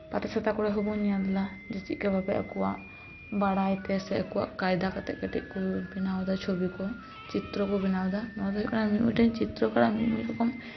ᱯᱟᱛᱟ ᱪᱷᱟᱛᱟ ᱠᱚᱨᱮ ᱦᱚᱸ ᱵᱚᱱ ᱧᱮᱞ ᱮᱫᱟ ᱡᱮ ᱪᱮᱫ ᱞᱮᱠᱟ ᱵᱷᱟᱵᱮ ᱟᱠᱚᱣᱟᱜ ᱵᱟᱲᱟᱭ ᱛᱮᱥᱮ ᱟᱠᱚᱣᱟᱜ ᱠᱟᱭᱫᱟ ᱠᱟᱛᱮᱜ ᱠᱟᱹᱴᱤᱡ ᱠᱚ ᱵᱮᱱᱟᱣ ᱮᱫᱟ ᱪᱷᱚᱵᱤ ᱠᱚ ᱪᱤᱛᱛᱨᱚ ᱠᱚ ᱵᱮᱱᱟᱣᱫᱟ ᱱᱚᱣᱟ ᱫᱚ ᱦᱩᱭᱩᱜ ᱠᱟᱱᱟ ᱢᱤᱼᱢᱤᱫᱴᱟᱝ ᱪᱤᱛᱨᱚᱠᱟᱨᱟᱜ ᱢᱤᱫ ᱢᱤᱫ ᱨᱚᱠᱚᱢ